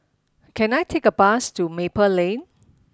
can I take a bus to Maple Lane